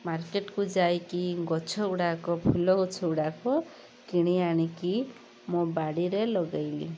market କୁ ଯାଇକି ଗଛ ଗୁଡ଼ାକ ଫୁଲ ଗଛ ଗୁଡ଼ାକ କିଣି ଆଣିକି ମୋ ବାଡ଼ିରେ ଲଗେଇଲି